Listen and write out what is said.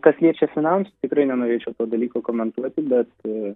kas liečia finansus tikrai nenorėčiau to dalyko komentuoti bet